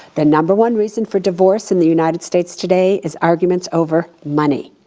the number one reason for divorce in the united states today is arguments over money.